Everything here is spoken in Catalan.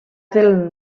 del